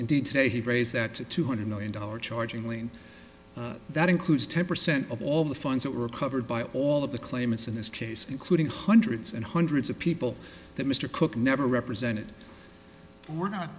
indeed today he raised that two hundred million dollars charging lee and that includes ten percent of all the funds that were recovered by all of the claimants in this case including hundreds and hundreds of people that mr cook never represented we're not